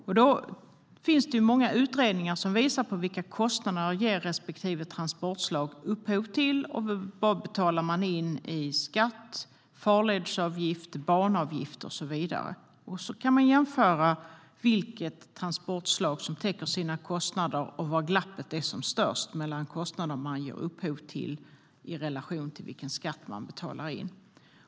Det finns många utredningar som visar vilka kostnader respektive transportslag ger upphov till och vad man betalar in i skatt, farledsavgift, banavgift och så vidare. Då kan man jämföra vilket transportslag som täcker sina kostnader och var glappet är som störst mellan de kostnader man ger upphov till och vilken skatt man betalar in.